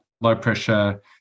low-pressure